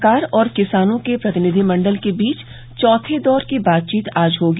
सरकार और किसानों के प्रतिनिधि मंडल के बीच चौथे दौर की बातचीत आज होगी